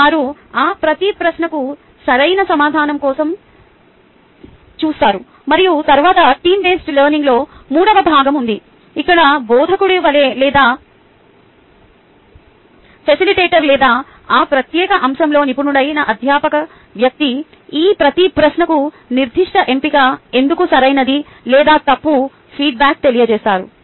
వారు ఆ ప్రతి ప్రశ్నకు సరైన సమాధానం కోసం చూస్తారు మరియు తరువాత టీమ్ బేస్డ్ లెర్నింగ్లో మూడవ భాగం ఉంది ఇక్కడ బోధకుడు లేదా ఫెసిలిటేటర్ లేదా ఆ ప్రత్యేక అంశంలో నిపుణుడైన అధ్యాపక వ్యక్తి ఈ ప్రతి ప్రశ్నకు నిర్దిష్ట ఎంపిక ఎందుకు సరైనది లేదా తప్పు ఫీడ్బ్యాక్ తెలియజేస్తారు